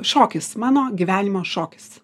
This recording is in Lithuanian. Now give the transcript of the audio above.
šokis mano gyvenimo šokis